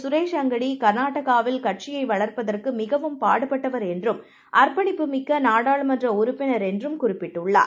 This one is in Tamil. சுரேஷ்அங்கடி கர்நாடாகாவில்கட்சியைவளர்ப்பதற்குமிகவும்பாடுபட்ட வர்என்றும் அர்ப்பணிப்புமிக்கநாடாளுமன்றஉறுப்பினர்என்றுகுறிப் பிட்டுள்ளார்